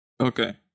Okay